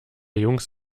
jungs